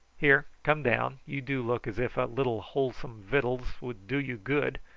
here, come down you do look as if a little wholesome vittles would do you good.